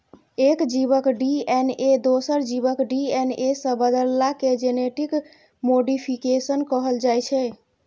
एक जीबक डी.एन.ए दोसर जीबक डी.एन.ए सँ बदलला केँ जेनेटिक मोडीफिकेशन कहल जाइ छै